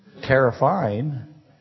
terrifying